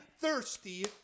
Thirsty